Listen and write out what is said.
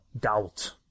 doubt